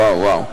וואו.